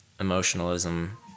emotionalism